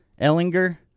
Ellinger